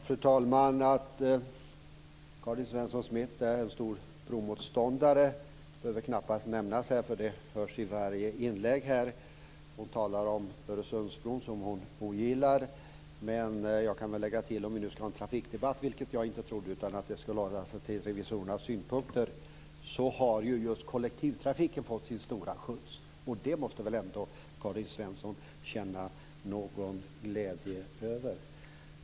Fru talman! Det behöver knappast nämnas här att Karin Svensson Smith är en stor bromotståndare. Det hörs i varje inlägg. Hon ogillar Öresundsbron. Jag trodde inte att det nu skulle bli en stor trafikdebatt utan i stället en översyn av revisorernas synpunkter, men jag kan lägga till att kollektivtrafiken har fått en stor skjuts. Det måste väl ändå Karin Svensson Smith känna någon glädje för.